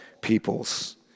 peoples